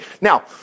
now